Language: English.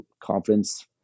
confidence